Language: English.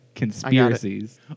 conspiracies